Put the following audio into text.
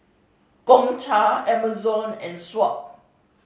Gongcha Amazon and Swatch